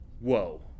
whoa